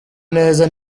neza